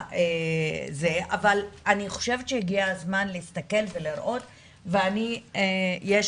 אבל אני חושבת שהגיע הזמן להסתכל ולראות ואני יש